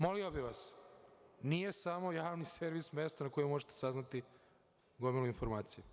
Molio bih vas, nije samo Javni servis mesto na kome možete saznati blagovremeno informaciju.